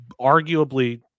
arguably